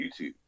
YouTube